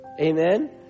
Amen